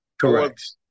correct